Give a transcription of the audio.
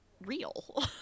real